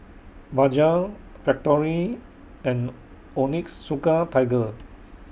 Bajaj Factorie and Onitsuka Tiger